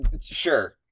Sure